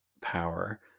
Power